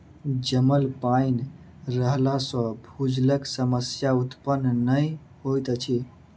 जमल पाइन रहला सॅ भूजलक समस्या उत्पन्न नै होइत अछि